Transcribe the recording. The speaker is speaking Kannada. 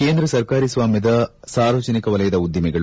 ಕೇಂದ್ರ ಸರ್ಕಾರಿ ಸ್ನಾಮ್ದ ಸಾರ್ವಜನಿಕ ವಲಯದ ಉಧಿಮೆಗಳು